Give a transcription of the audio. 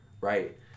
Right